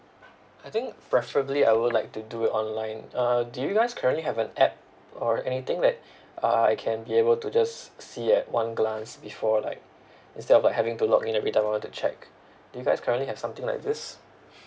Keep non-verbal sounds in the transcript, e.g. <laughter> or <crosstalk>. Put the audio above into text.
I think preferably I would like to do it online uh do you guys currently have an app or anything like <breath> uh I can be able to just see at one glance before like instead of like having to log in every time I want to check do you guys currently have something like this